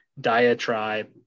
diatribe